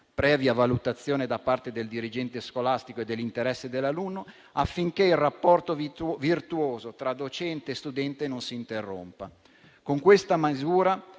previa valutazione da parte del dirigente scolastico e dell'interesse dell'alunno, affinché il rapporto virtuoso tra docente e studente non si interrompa. Con questa misura